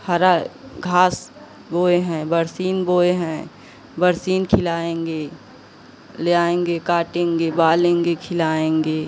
हरा घास बोए हैं बरसीम बोए हैं बरसीन खिलाएँगे ले आएँगे काटेंगे बालेंगे खिलाएँगे